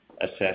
assess